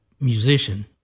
musician